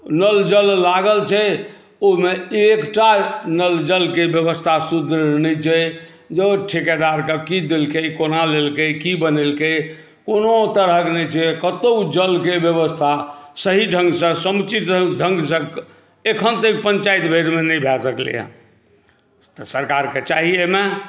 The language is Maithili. नल जल लागल छै ओहिमे एकटा नल जलके व्यवस्था सुदृढ़ नहि छै धओर ठेकेदारक की देलकै की बनेलकै कोनो तरहक नहि छै कतौ जलके व्यवस्था सही ढंगसे समुचित ढंगसे अखन तक पंचायत भरिमे नहि भै सकले हँ तऽ सरकारके चाही अहिमे